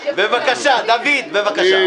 דוד, בבקשה.